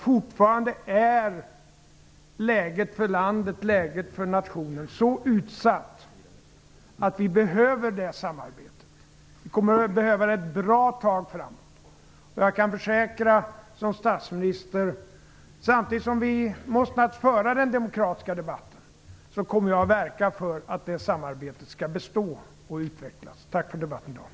Fortfarande är läget för landet, läget för nationen, så utsatt att vi behöver det samarbetet. Vi kommer att behöva det ett bra tag framåt. Jag kan försäkra som statsminister att jag, samtidigt som vi naturligtvis måste föra den demokratiska debatten, kommer att verka för att det samarbetet skall bestå och utvecklas. Tack för debatten i dag!